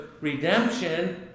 redemption